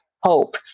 hope